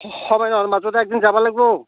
সময় নহ'লে মাজতে একদিন যাব লাগিব